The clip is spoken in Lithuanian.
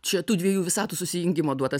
čia tų dviejų visatų susijungimo duotas